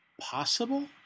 possible